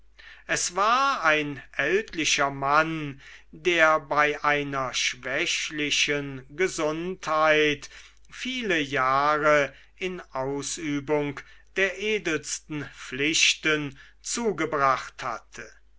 es war ein ältlicher mann der bei einer schwächlichen gesundheit viele jahre in ausübung der edelsten pflichten zugebracht hatte